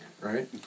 right